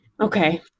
Okay